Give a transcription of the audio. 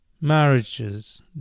marriages